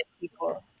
people